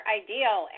ideal